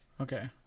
Okay